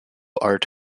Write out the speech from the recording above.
art